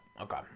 Okay